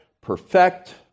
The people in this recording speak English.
perfect